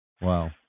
Wow